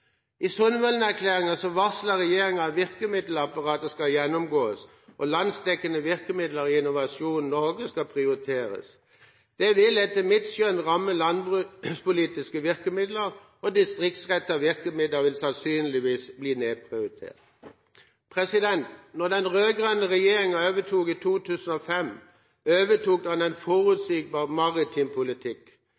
I Sundvolden-erklæringen varslet regjeringa at virkemiddelapparatet skal gjennomgås, og at landsdekkende virkemidler i Innovasjon Norge skal prioriteres. Det vil etter mitt skjønn ramme landbrukspolitiske virkemidler, og distriktsrettede virkemidler vil sannsynligvis bli nedprioritert. Da den rød-grønne regjeringa overtok i 2005, overtok den en